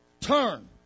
turn